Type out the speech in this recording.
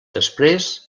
després